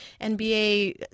NBA